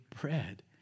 bread